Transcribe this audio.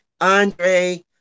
Andre